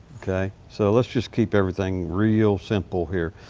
okay, so let's just keep everything real simple here.